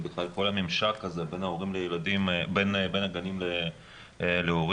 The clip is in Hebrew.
ובכלל כל הממשק הזה בין הגנים להורים,